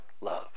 love